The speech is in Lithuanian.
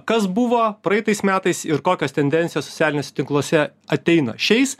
kas buvo praeitais metais ir kokios tendencijos socialiniuose tinkluose ateina šiais